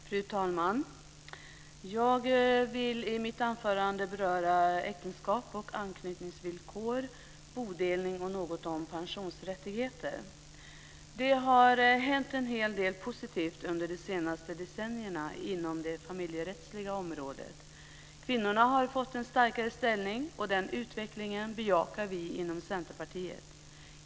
Fru talman! Jag ska i mitt anförande ta upp äktenskap, anknytningsvillkor, bodelning och något om pensionsrättigheter. Det har hänt en hel del positivt under de senaste decennierna inom det familjerättsliga området. Kvinnorna har fått en starkare ställning, och den utvecklingen bejakar vi inom Centerpartiet.